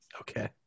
Okay